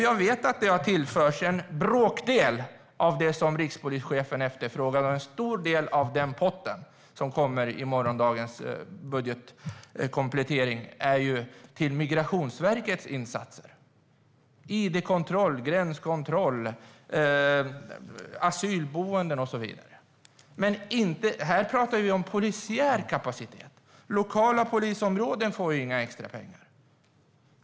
Jag vet att det har tillförts en bråkdel av det som rikspolischefen efterfrågar, och en stor del av den pott som kommer i morgondagens budgetkomplettering går till Migrationsverkets insatser: id-kontroll, gränskontroll, asylboenden och så vidare. Men här talar vi om polisiär kapacitet. Lokala polisområden får inga extra pengar.